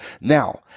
Now